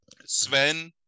Sven